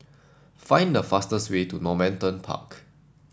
find the fastest way to Normanton Park